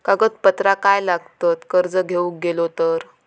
कागदपत्रा काय लागतत कर्ज घेऊक गेलो तर?